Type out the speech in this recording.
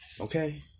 Okay